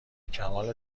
کمال